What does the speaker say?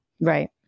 Right